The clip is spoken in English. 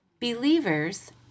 believers